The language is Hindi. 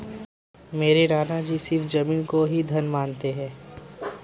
मेरे नाना जी सिर्फ जमीन को ही धन मानते हैं